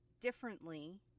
differently